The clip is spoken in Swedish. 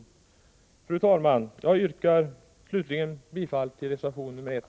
Fru talman! Jag yrkar slutligen bifall till reservation nr 1.